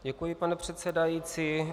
Děkuji, pane předsedající.